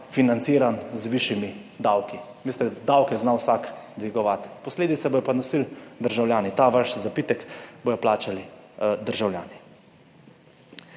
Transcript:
financiran z višjimi davki. Veste, da davke zna vsak dvigovati, posledice bodo pa nosili državljani. Ta vaš zapitek bodo plačali državljani.